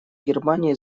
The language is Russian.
германии